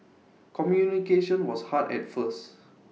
communication was hard at first